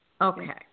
okay